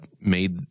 made